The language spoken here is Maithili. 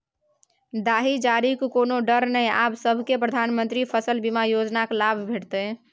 दाही जारीक कोनो डर नै आब सभकै प्रधानमंत्री फसल बीमा योजनाक लाभ भेटितै